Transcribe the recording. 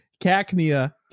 Cacnea